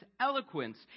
eloquence